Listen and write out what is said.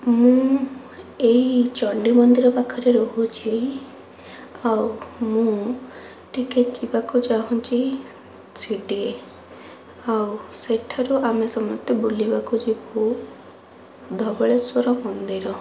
ମୁଁ ଏହି ଚଣ୍ଡୀ ମନ୍ଦିର ପାଖରେ ରହୁଛି ଆଉ ମୁଁ ଟିକିଏ ଯିବାକୁ ଚାହୁଁଛି ସିଟିଏ ହେଉ ସେଠାରୁ ଆମେ ସମସ୍ତେ ବୁଲିବାକୁ ଯିବୁ ଧବଳେଶ୍ୱର ମନ୍ଦିର